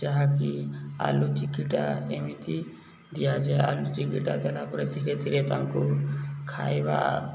ଯାହାକି ଆଳୁ ଚିକିଟା ଏମିତି ଦିଆଯାଏ ଆଳୁ ଚିକିଟା ଦେଲା ପରେ ଧୀରେ ଧୀରେ ତାଙ୍କୁ ଖାଇବା